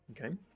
okay